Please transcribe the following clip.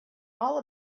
all